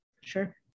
Sure